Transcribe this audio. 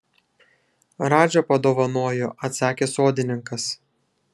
radža padovanojo atsakė sodininkas